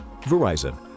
Verizon